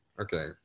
okay